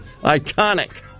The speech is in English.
Iconic